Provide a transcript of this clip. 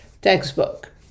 textbook